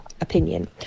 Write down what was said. opinion